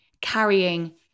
carrying